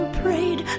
prayed